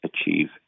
achieve